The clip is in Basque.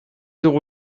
dugu